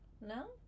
No